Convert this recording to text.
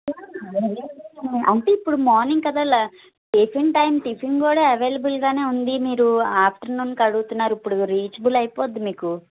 morning అంటే ఇప్పుడు morning కదా ల టిఫిన్ టైం టిఫిన్ కూడా అవైలబుల్గా ఉంది మీరు ఆఫ్టర్నూన్కి అడుగుతున్నారు ఇప్పుడు రీచబుల్ అయిపోద్ది మీకు